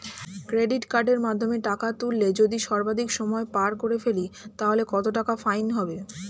Credit কার্ডের মাধ্যমে টাকা তুললে যদি সর্বাধিক সময় পার করে ফেলি তাহলে কত টাকা ফাইন হবে?